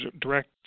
direct